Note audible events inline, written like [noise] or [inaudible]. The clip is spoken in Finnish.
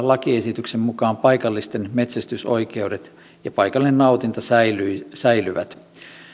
[unintelligible] lakiesityksen mukaan paikallisten metsästysoikeudet ja paikallinen nautinta säilyvät säilyvät